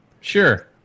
Sure